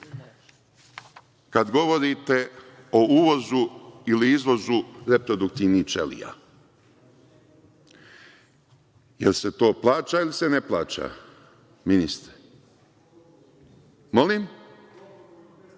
kad govorite o uvozu ili izvozu reproduktivnih ćelija. Jel se to plaća ili se ne plaća, ministre?(Zlatibor